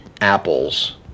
apples